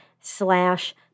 slash